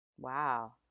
Wow